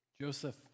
Joseph